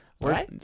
Right